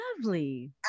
lovely